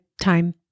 time